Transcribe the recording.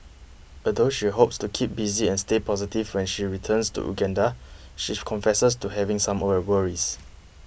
although she hopes to keep busy and stay positive when she returns to Uganda she confesses to having some were worries